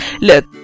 Look